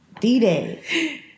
D-Day